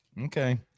okay